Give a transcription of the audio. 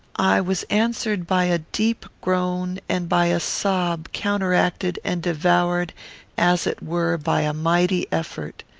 i was answered by a deep groan, and by a sob counteracted and devoured as it were by a mighty effort.